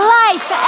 life